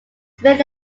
smith